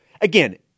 Again